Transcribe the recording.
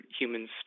humans